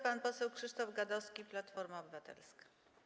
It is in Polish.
Pan poseł Krzysztof Gadowski, Platforma Obywatelska.